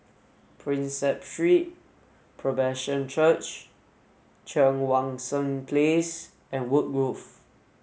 Prinsep Street Presbyterian Church Cheang Wan Seng Place and Woodgrove